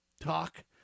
talk